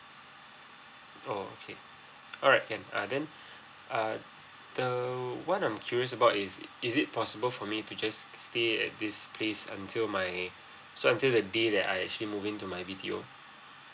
oh okay alright can uh then uh the what I'm curious about is it is it possible for me to just stay at this place until my so until the day that I actually move in to my B_T_O